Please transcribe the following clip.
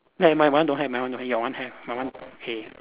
my one don't have my one don't have your one have my one K